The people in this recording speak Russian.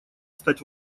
стать